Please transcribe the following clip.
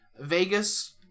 vegas